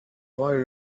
boy